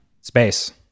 Space